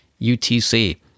UTC